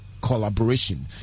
collaboration